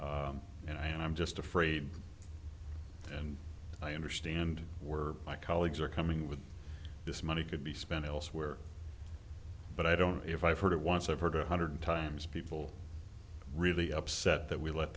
property and i'm just afraid and i understand we're my colleagues are coming with this money could be spent elsewhere but i don't know if i've heard it once i've heard a hundred times people really upset that we let